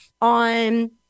on